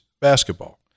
basketball